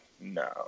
no